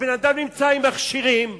הבן-אדם נמצא עם מכשירים,